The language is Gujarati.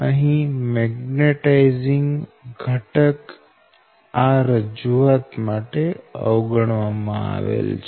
અહીં મેગ્નેટાઇઝિંગ ઘટક આ રજૂઆત માટે અવગણવામાં આવેલ છે